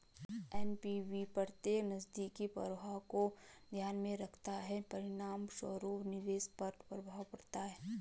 NPV प्रत्येक नकदी प्रवाह को ध्यान में रखता है, परिणामस्वरूप निवेश पर प्रभाव पड़ता है